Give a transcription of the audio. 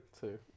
two